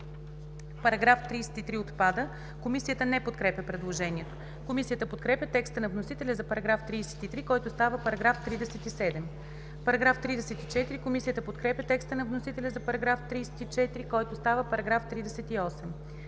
Параграф 33 отпада. Комисията не подкрепя предложението. Комисията подкрепя текста на вносителя за § 33, който става § 37. Комисията подкрепя текста на вносителя за § 34, който става § 38.